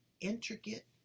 intricate